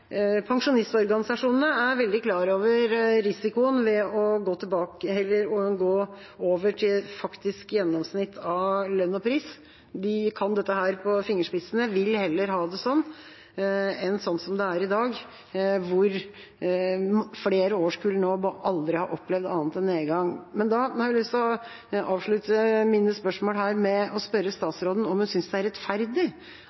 Pensjonistorganisasjonene er veldig klar over risikoen ved å gå over til faktisk gjennomsnitt av lønn og pris. De kan dette på fingerspissene og vil heller ha det sånn enn sånn som det er i dag, hvor flere årskull nå aldri har opplevd annet enn nedgang. Da har jeg lyst til å avslutte mine spørsmål her med å spørre